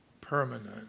permanent